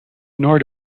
nor